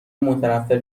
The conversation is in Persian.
متنفر